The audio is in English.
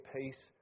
peace